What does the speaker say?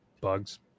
bugs